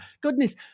goodness